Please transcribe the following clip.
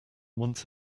once